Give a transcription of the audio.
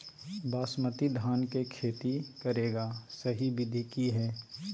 बासमती धान के खेती करेगा सही विधि की हय?